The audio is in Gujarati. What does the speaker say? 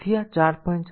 તેથી આ 4